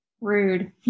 Rude